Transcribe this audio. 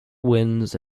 wins